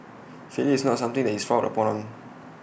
failure is not something that is frowned upon